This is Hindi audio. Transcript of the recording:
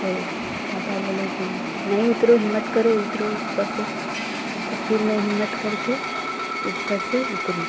तो पापा बोले कि नहीं उतरो हिम्मत करो उतरो ऊपर से त फिर मैं हिम्मत करके ऊपर से उतरी